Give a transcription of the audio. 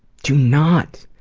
do not,